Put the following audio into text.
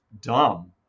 dumb